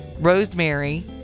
rosemary